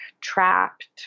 trapped